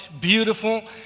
beautiful